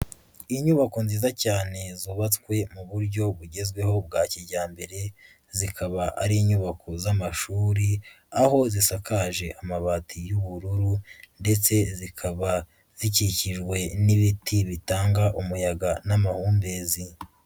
Inyubako nziza cyane zubatswe mu buryo bugezweho bwa kijyambere, zikaba ari inyubako z'amashuri, aho zisakaje amabati y'ubururu ndetse zikaba zikikijwe n'ibiti bitanga umuyaga n'amahumbezi.